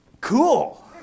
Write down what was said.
cool